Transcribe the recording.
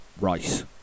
Rice